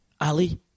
Ali